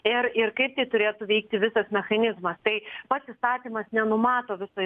ir ir kaip tai turėtų veikti visas mechanizmas tai pats įstatymas nenumato viso